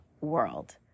world